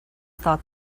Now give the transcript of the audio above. thought